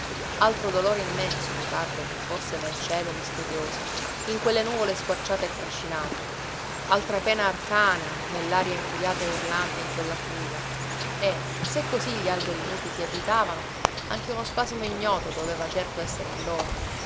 altro dolore immenso mi parve che fosse nel cielo misterioso in quelle nuvole squarciate e trascinate altra pena arcana nell'aria infuriata e urlante in quella fuga e se così gli alberi muti si agitavano anche uno spasimo ignoto doveva certo essere in loro